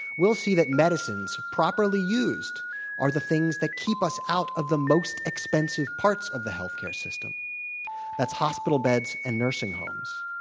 we'll see that medicines properly used are the things that keep us out of the most expensive parts of the healthcare system that's hospital beds and nursing homes.